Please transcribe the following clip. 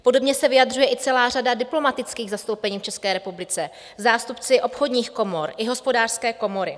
Podobně se vyjadřuje celá řada diplomatických zastoupení v České republice, zástupci obchodních komor i Hospodářské komory.